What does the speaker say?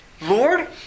Lord